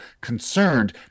concerned